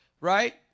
right